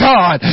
God